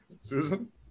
Susan